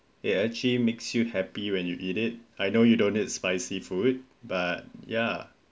it actually makes you happy when you eat it I know you don't eat spicy food but ya